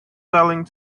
selling